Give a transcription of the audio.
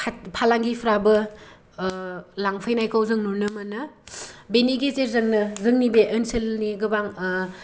फालांगिफ्राबो ओ लांफैनायखौ जों नुनो मोनो बेनि गेजेरजोंनो जोंनि बे ओनसोलनि गोबां